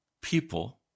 people